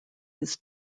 his